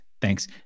Thanks